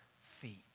feet